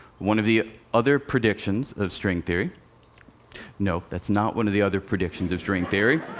one of the other predictions of string theory no, that's not one of the other predictions of string theory.